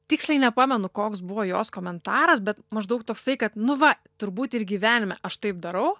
tiksliai nepamenu koks buvo jos komentaras bet maždaug toksai kad nu va turbūt ir gyvenime aš taip darau